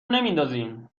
نمیندازیم